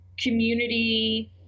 community